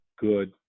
good